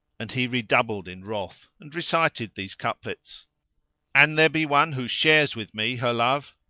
and he redoubled in wrath and recited these couplets an there be one who shares with me her love,